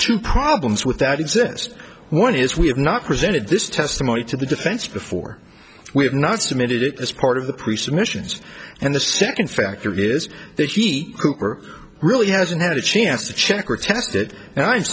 two problems with that exist one is we have not presented this testimony to the defense before we have not submitted it as part of the presuppositions and the second factor is that he really hasn't had a chance to check or test it and i'm